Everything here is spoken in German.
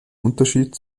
unterschied